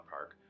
Park